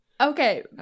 okay